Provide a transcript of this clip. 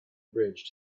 bridge